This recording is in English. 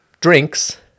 drinks